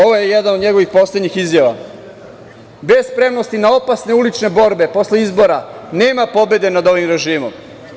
Ovo je jedna od njegovih poslednjih izjava – bez spremnosti na opasne ulične opasne borbe posle izbora nema pobede nad ovim režimom.